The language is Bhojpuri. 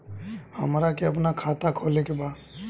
हमरा के अपना खाता खोले के बा?